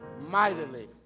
mightily